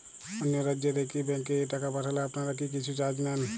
অন্য রাজ্যের একি ব্যাংক এ টাকা পাঠালে আপনারা কী কিছু চার্জ নেন?